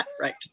Right